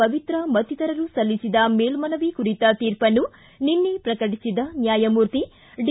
ಪವಿತ್ರ ಮತ್ತಿತರರು ಸಲ್ಲಿಸಿದ ಮೇಲ್ಮನವಿ ಕುರಿತ ತೀರ್ಪನ್ನು ನಿನ್ನೆ ಪ್ರಕಟಿಸಿದ ನ್ಯಾಯಮೂರ್ತಿ ಡಿ